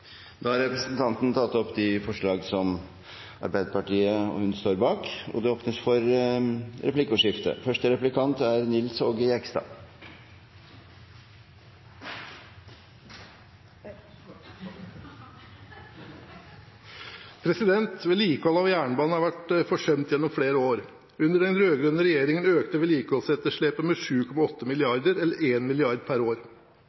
Da har representanten Eirin Sund tatt opp de forslagene hun refererte til. Det åpnes for replikkordskifte. Vedlikehold av jernbanen har vært forsømt gjennom flere år. Under den rød-grønne regjeringen økte vedlikeholdsetterslepet med 7,8 mrd. kr, eller 1 mrd. kr pr år.